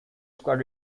square